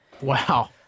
wow